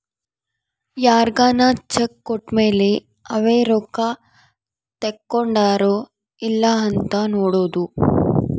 ಯಾರ್ಗನ ಚೆಕ್ ಕೋಟ್ಮೇಲೇ ಅವೆ ರೊಕ್ಕ ತಕ್ಕೊಂಡಾರೊ ಇಲ್ಲೊ ಅಂತ ನೋಡೋದು